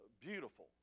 beautiful